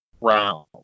round